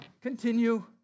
continue